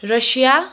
Russia